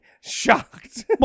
Shocked